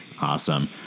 Awesome